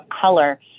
color